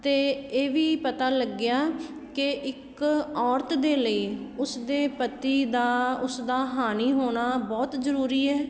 ਅਤੇ ਇਹ ਵੀ ਪਤਾ ਲੱਗਿਆ ਕਿ ਇੱਕ ਔਰਤ ਦੇ ਲਈ ਉਸਦੇ ਪਤੀ ਦਾ ਉਸਦਾ ਹਾਣੀ ਹੋਣਾ ਬਹੁਤ ਜ਼ਰੂਰੀ ਹੈ